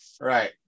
Right